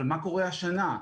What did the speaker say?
אבל מה קורה השנה?